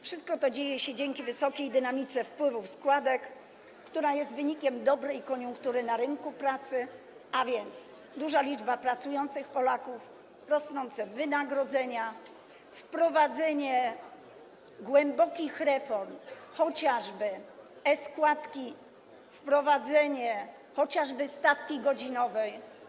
Wszystko to dzieje się dzięki wysokiej dynamice wpływów składek, która jest wynikiem dobrej koniunktury na rynku pracy, a więc: duża liczba pracujących Polaków, rosnące wynagrodzenia, wprowadzenie głębokich reform, chociażby e-składki czy wprowadzenie stawki godzinowej.